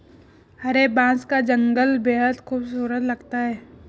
हरे बांस का जंगल बेहद खूबसूरत लगता है